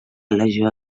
legió